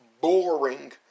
boring